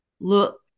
look